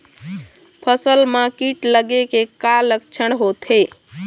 फसल म कीट लगे के का लक्षण होथे?